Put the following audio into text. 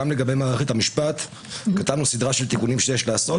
גם לגבי מערכת המשפט כתבנו סדרה של תיקונים שיש לעשות,